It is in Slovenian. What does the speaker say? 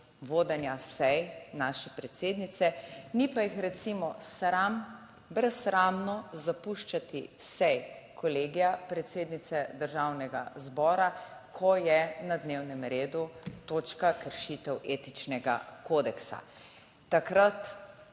vodenja sej naše predsednice, ni pa jih recimo sram brezsramno zapuščati sej Kolegija predsednice Državnega zbora, ko je na dnevnem redu točka kršitev etičnega kodeksa, takrat